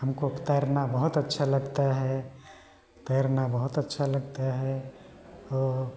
हमको तैरना बहुत अच्छा लगता है तैरना बहुत अच्छा लगता है वह